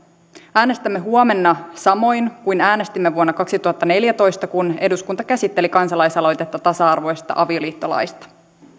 äänestämme huomenna samoin kuin äänestimme vuonna kaksituhattaneljätoista kun eduskunta käsitteli kansalaisaloitetta tasa arvoisesta avioliittolaista